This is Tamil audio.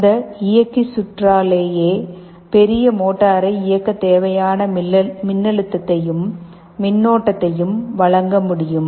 அந்த இயக்கி சுற்றாலேயே பெரிய மோட்டாரை இயக்க தேவையான மின்னழுத்தத்தையும் மின்னோட்டத்தையும் வழங்க முடியும்